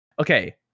Okay